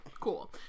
cool